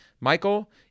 Michael